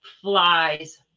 flies